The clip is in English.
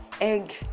egg